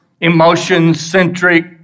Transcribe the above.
emotion-centric